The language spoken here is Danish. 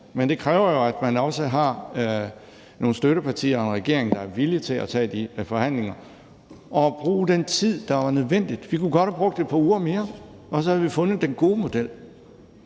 men det kræver jo, at man har nogle støttepartier og en regering, der er villige til at tage de forhandlinger og bruge den tid, der er nødvendig. Vi kunne godt have brugt et par uger mere, og så havde vi fundet den gode model.